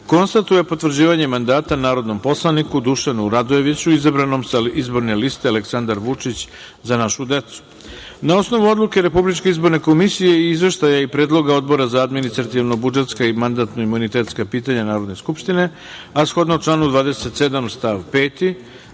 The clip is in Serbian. konstatuje potvrđivanje mandata narodnom poslaniku Dušanu Radojeviću, izabranom sa izborne liste „Aleksandar Vučić – Za našu decu“.Na osnovu odluke Republičke izborne komisije i Izveštaja i predloga Odbora za administrativno-budžetska i mandatno-imunitetska pitanja Narodne skupštine, a shodno članu 27. stav 5.